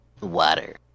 Water